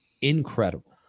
incredible